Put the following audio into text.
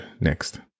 next